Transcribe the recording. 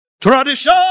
Tradition